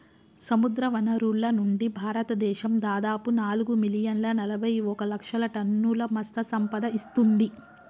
సముద్రవనరుల నుండి, భారతదేశం దాదాపు నాలుగు మిలియన్ల నలబైఒక లక్షల టన్నుల మత్ససంపద ఇస్తుంది